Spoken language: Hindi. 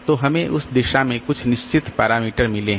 तो हमें उस दिशा में कुछ निश्चित पैरामीटर मिले हैं